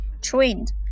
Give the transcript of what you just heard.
trained